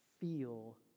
feel